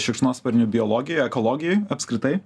šikšnosparnių biologija ekologijoj apskritai